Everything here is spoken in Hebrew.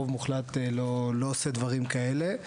רוב מוחלט לא עושה דברים כאלה,